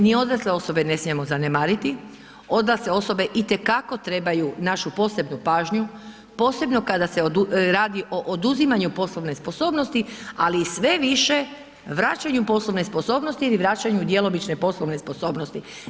Ni odrasle osobe ne smijemo zanemariti, odrasle osobe itekako trebaju našu posebnu pažnju, posebno kada se radi o oduzimanju poslovne sposobnosti, ali i sve više vraćanju poslovne sposobnosti ili vraćanju djelomične poslovne sposobnosti.